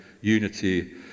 unity